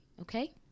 okay